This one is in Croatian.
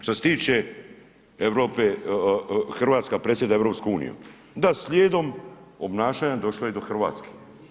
Što se tiče Hrvatska predsjeda EU, da slijedom obnašanja došlo je i do Hrvatske.